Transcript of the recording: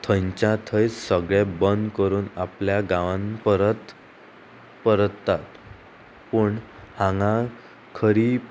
थंयच्या थंय सगळें बंद करून आपल्या गांवान परत परत पूण हांगा खरी